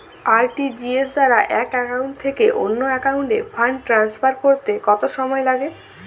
RTGS দ্বারা এক account থেকে অন্য একাউন্টে ফান্ড ট্রান্সফার করতে কত সময় লাগে?